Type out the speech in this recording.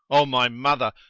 o my mother,